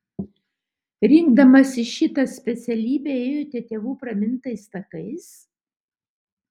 rinkdamasi šitą specialybę ėjote tėvų pramintais takais